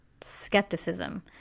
skepticism